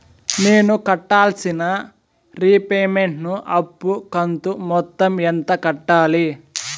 నేను కట్టాల్సిన రీపేమెంట్ ను అప్పు కంతు మొత్తం ఎంత కట్టాలి?